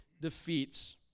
defeats